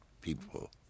people